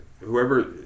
whoever